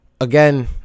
again